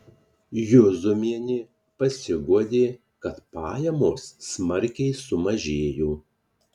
juzumienė pasiguodė kad pajamos smarkiai sumažėjo